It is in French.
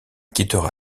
quittera